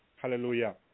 hallelujah